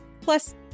Plus